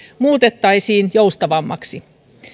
muutettaisiin joustavammaksi